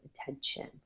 attention